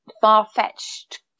far-fetched